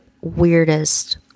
weirdest